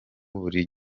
buri